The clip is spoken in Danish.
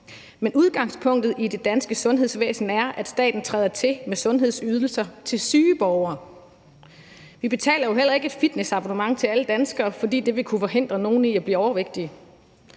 Men udgangspunktet i det danske sundhedsvæsen er, at staten træder til med sundhedsydelser til syge borgere. Vi betaler jo heller ikke et fitnessabonnement til alle danskere, fordi det ville kunne forhindre nogle i at blive overvægtige.